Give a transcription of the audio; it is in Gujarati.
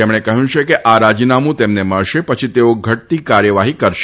તેમણે કહ્યું કે આ રાજીનામું તેમને મળશે પછી તેઓ ઘટતી કાર્યવાહી કરશે